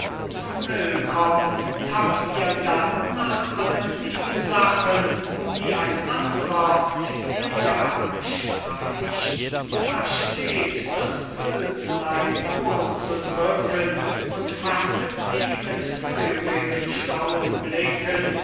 zum willkomm tappt ihr dann nach allen siebensachen um die ein andrer viele jahre streicht versteht das pülslein wohl zu drücken und fasset sie mit feurig schlauen blicken